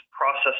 process